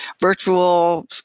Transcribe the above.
virtual